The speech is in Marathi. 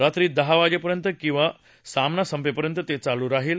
रात्री दहा वाजेपर्यंत किंवा सामना संपेपर्यंत ते चालू राहील